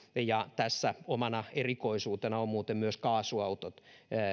ja tässä omana erikoisuutenaan ovat muuten myös kaasuautot